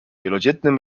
wielodzietnym